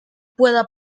pueda